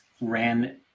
ran